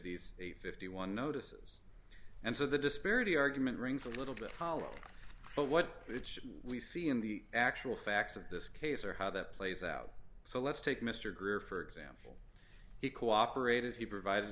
a fifty one notices and so the disparity argument rings a little bit hollow but what we see in the actual facts of this case are how that plays out so let's take mr greer for example he cooperated he provide